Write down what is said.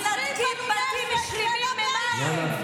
מנתקים בתים שלמים ממים,